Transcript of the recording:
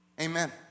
amen